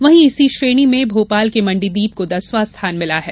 वहीं इसी श्रेणी में मोपाल के मंडीदीप को दसवां स्थान मिला है